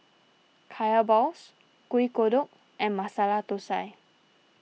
Kaya Balls Kuih Kodok and Masala Thosai